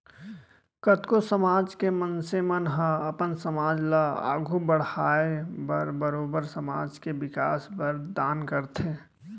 कतको समाज के मनसे मन ह अपन समाज ल आघू बड़हाय बर बरोबर समाज के बिकास बर दान करथे